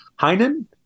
Hainan